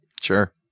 Sure